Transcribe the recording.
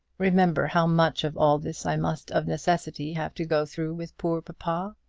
remember how much of all this i must of necessity have to go through with poor papa.